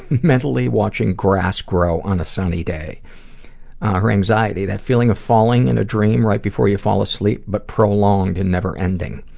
mentally watching grass grow on a sunny day. about her anxiety, that feeling of falling in a dream right before you fall asleep, but prolonged and never ending.